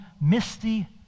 misty